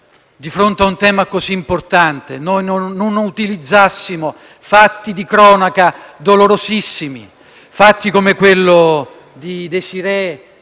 di fronte a un tema così importante, non utilizzassimo fatti di cronaca dolorosissimi, fatti come quelli di Pamela